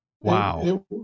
Wow